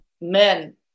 men